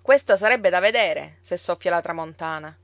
questa sarebbe da vedere se soffia la tramontana